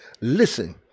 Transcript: Listen